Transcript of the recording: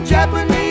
Japanese